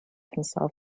himself